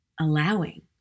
allowing